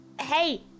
Hey